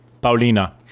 Paulina